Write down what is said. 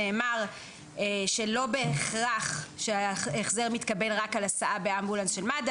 נאמר שלא בהכרח ההחזר מתקבל רק על הסעה באמבולנס של מד"א.